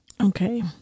Okay